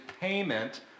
payment